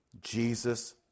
Jesus